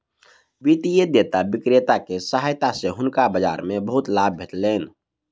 वित्तीय डेटा विक्रेता के सहायता सॅ हुनका बाजार मे बहुत लाभ भेटलैन